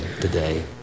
today